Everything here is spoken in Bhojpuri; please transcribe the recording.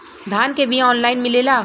धान के बिया ऑनलाइन मिलेला?